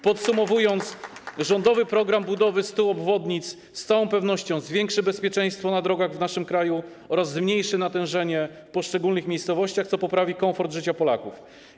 Podsumowując: rządowy program budowy 100 obwodnic z całą pewnością zwiększy bezpieczeństwo na drogach w naszym kraju oraz zmniejszy natężenie ruchu w poszczególnych miejscowościach, co poprawi komfort życia Polaków.